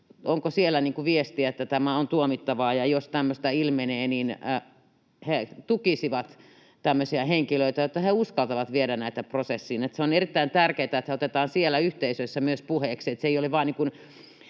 onko siellä viestiä, että tämä on tuomittavaa ja jos tämmöistä ilmenee, niin he tukisivat tämmöisiä henkilöitä, jotta he uskaltavat viedä näitä prosessiin? On erittäin tärkeätä, että se otetaan siellä yhteisöissä myös puheeksi,